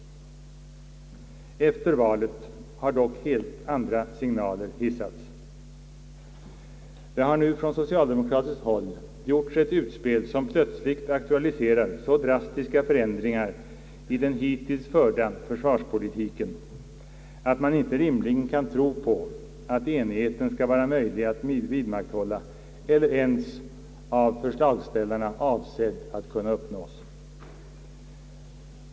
Efter valet har dock helt andra signaler hissats. Man har nu från socialdemokratiskt håll gjort ett utspel som plötsligt aktualiserar så drastiska förändringar i den hittills förda försvarspolitiken, att vi inte rimligen kan tro på att enigheten skall vara möjlig att vidmakthålla eller ens av förslagsställarna vara avsedd att kunna uppnås.